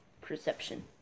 perception